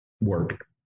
work